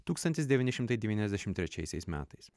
tūkstantis devyni šimtai devyniasdešimt trečiaisiais metais